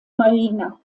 marina